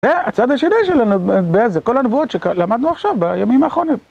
זה הצד השני שלנו, זה כל הנבואות שלמדנו עכשיו בימים האחרונים.